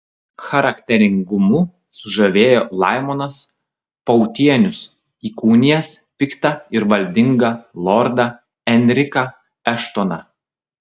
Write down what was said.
charakteringumu sužavėjo laimonas pautienius įkūnijęs piktą ir valdingą lordą enriką eštoną